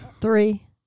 Three